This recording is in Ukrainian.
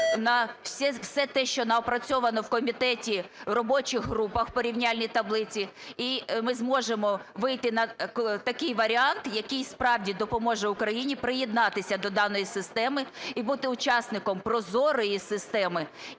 все те, що напрацьовано в комітеті, в робочих групах в порівняльній таблиці. І ми зможемо вийти на такий варіант, який справді допоможе Україні приєднатися до даної системи і бути учасником прозорої системи.